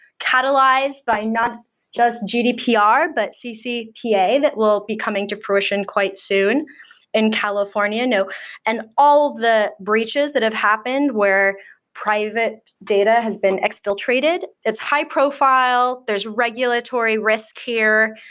catalyzed by not just gdpr, but ccpa that will be coming to fruition quite soon in california, and all the breaches that have happened where private data has been exfiltrated. it's high-profile. there's regulatory risk here,